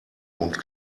und